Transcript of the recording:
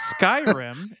Skyrim